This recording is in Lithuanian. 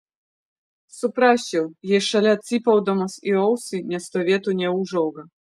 suprasčiau jei šalia cypaudamas į ausį nestovėtų neūžauga